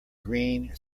green